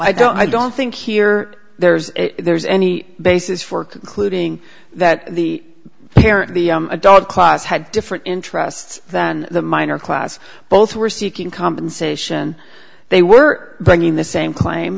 i don't i don't think here there's a there's any basis for concluding that the adult class had different interests than the minor class both were seeking compensation they were bringing the same claim